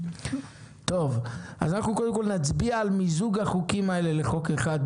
אז אנחנו קודם כל נצביע על מיזוג החוקים האלה לחוק אחד.